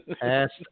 Past